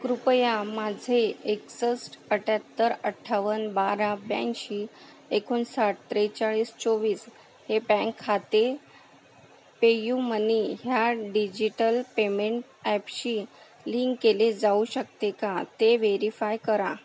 कृपया माझे एकसष्ठ अठ्याहत्तर अठ्ठावन बारा ब्याऐंशी एकोणसाठ त्रेचाळीस चोवीस हे बँक खाते पे यु मनी ह्या डिजिटल पेमेंट ॲपशी लिंक केले जाऊ शकते का ते व्हेरीफाय करा